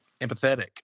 empathetic